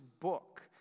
book